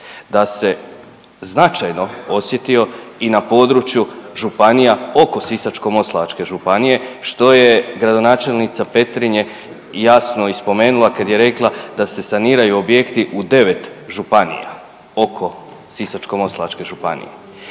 da se značajno osjetio i na području županija oko Sisačko-moslavačke županije što je gradonačelnica Petrinje jasno i spomenula kad je rekla da se saniraju objekti u 9 županija oko Sisačko-moslavačke županije.